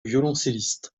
violoncelliste